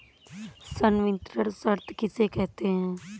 संवितरण शर्त किसे कहते हैं?